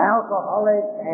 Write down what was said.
Alcoholics